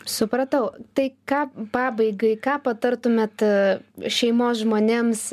supratau tai ką pabaigai ką patartumėt šeimos žmonėms